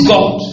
God